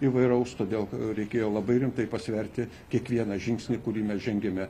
įvairaus todėl reikėjo labai rimtai pasverti kiekvieną žingsnį kurį mes žengėme